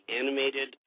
animated